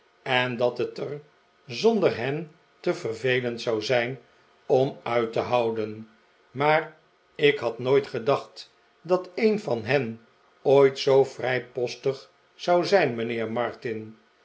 en dat het er zonder hen te vervelend zou zijn om uit te houden maar ik had nooit gedacht dat een van hen ooit zoo vrijpostig zou zijn mijnheer martin